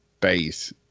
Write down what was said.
base